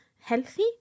healthy